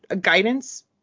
guidance